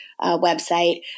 website